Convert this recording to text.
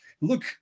look